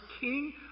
king